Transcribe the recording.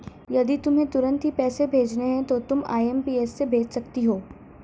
यदि तुम्हें तुरंत ही पैसे भेजने हैं तो तुम आई.एम.पी.एस से भेज सकती हो